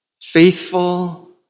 Faithful